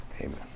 Amen